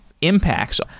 impacts